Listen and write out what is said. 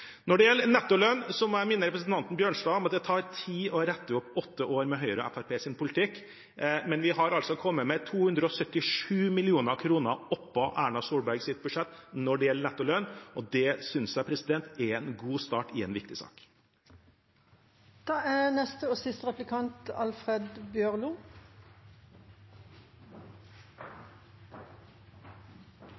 Når det gjelder nettolønn, må jeg minne representanten Bjørnstad om at det tar tid å rette opp åtte år med Høyres og Fremskrittspartiets politikk, men vi har altså kommet med 277 mill. kr oppå Erna Solbergs budsjett når det gjelder nettolønn, og det synes jeg er en god start i en viktig sak. Det er